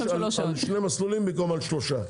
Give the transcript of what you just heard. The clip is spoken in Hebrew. שני מסלולים במקום שלושה.